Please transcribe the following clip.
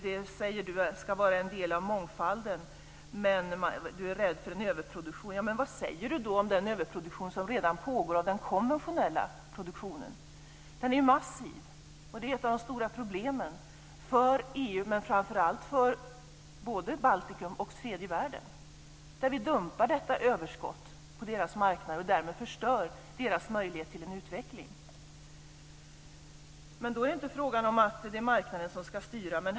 Det ska vara en del i mångfalden, sägs det. Man är rädd för en överproduktion. Men vad säger man om den överproduktion som redan pågår inom den konventionella produktionen? Den är ju massiv och ett av de stora problemen för EU men framför allt för Baltikum och tredje världen. Vi dumpar detta överskott på deras marknader och förstör därmed deras möjligheter till en utveckling. Då är det inte fråga om att det är marknaden som ska styra.